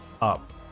up